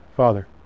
father